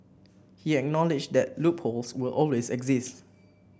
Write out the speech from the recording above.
he acknowledged that loopholes will always exist